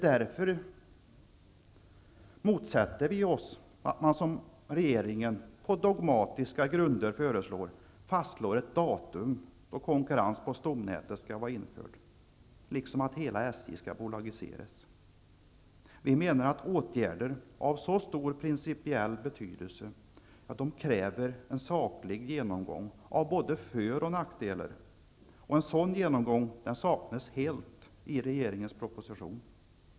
Därför motsätter vi oss att man, som regeringen på dogmatiska grunder föreslår, fastslår ett datum då konkurrens på stomnätet skall vara infört, liksom att hela SJ skall bolagiseras. Vi menar att åtgärder av så stor principiell betydelse kräver en saklig genomgång av både för och nackdelar. En sådan genomgång saknas helt i regeringens proposition.